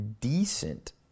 decent